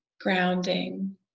grounding